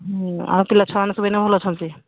ଆଉ ପିଲା ଛୁଆମାନେ ସବୁ ଏଇନେ ଭଲ ଅଛନ୍ତି